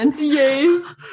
Yes